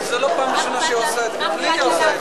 התשע"א 2011, נתקבלה.